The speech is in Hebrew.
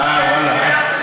אה, ואללה.